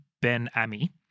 Ben-Ami